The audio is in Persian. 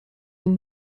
این